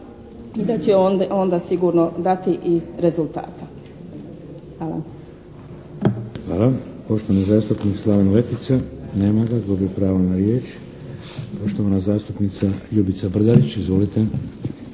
da će onda sigurno dati i rezultata. Hvala. **Šeks, Vladimir (HDZ)** Hvala. Poštovani zastupnik Slaven Letica. Nema ga, gubi pravo na riječ. Poštovana zastupnica Ljubica Brdarić. Izvolite.